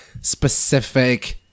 specific